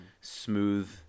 smooth